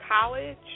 College